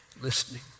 listening